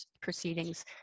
proceedings